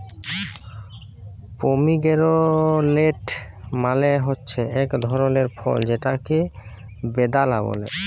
pomegranate মালে হছে ইক ধরলের ফল যেটকে বেদালা ব্যলে